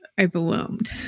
overwhelmed